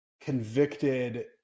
convicted